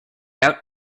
out